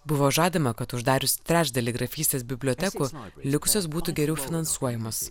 buvo žadama kad uždarius trečdalį grafystės bibliotekų likusios būtų geriau finansuojamos